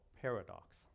paradox